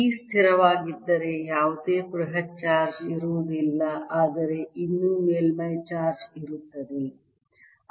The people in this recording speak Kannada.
P ಸ್ಥಿರವಾಗಿದ್ದರೆ ಯಾವುದೇ ಬೃಹತ್ ಚಾರ್ಜ್ ಇರುವುದಿಲ್ಲ ಆದರೆ ಇನ್ನೂ ಮೇಲ್ಮೈ ಚಾರ್ಜ್ ಇರುತ್ತದೆ